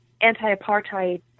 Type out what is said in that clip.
anti-apartheid